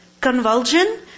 convulsion